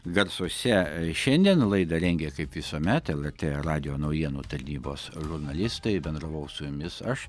garsuose šiandien laidą rengė kaip visuomet lrt radijo naujienų tarnybos žurnalistai bendravau su jumis aš